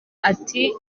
ati